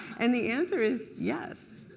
and the answer is yes.